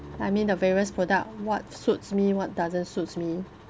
I mean the various product what suits me what doesn't suits me